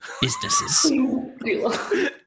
businesses